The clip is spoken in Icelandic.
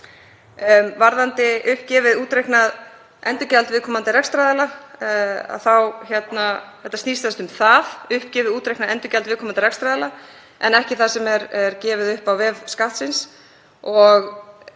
Varðandi uppgefið útreiknað endurgjald viðkomandi rekstraraðila þá snýst þetta sem sagt um það, uppgefið útreiknað endurgjald viðkomandi rekstraraðila, en ekki það sem er gefið upp á vef Skattsins.